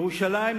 ירושלים,